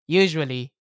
usually